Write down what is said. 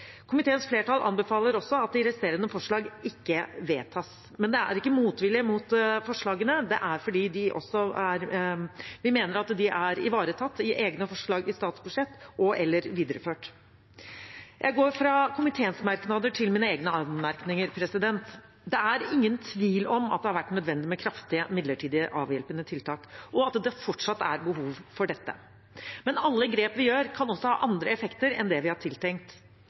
Komiteens flertall anbefaler også at de resterende forslag ikke vedtas. Men det er ikke motvilje mot forslagene, det er fordi vi mener at de er ivaretatt i egne forslag til statsbudsjett, og/eller videreført. Jeg går fra komiteens merknader til mine egne anmerkninger. Det er ingen tvil om at det har vært nødvendig med kraftige midlertidige avhjelpende tiltak, og at det fortsatt er behov for dette. Men alle grep vi gjør, kan også ha andre effekter enn det vi har tiltenkt.